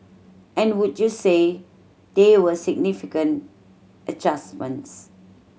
and would you say they were significant adjustments